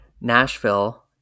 Nashville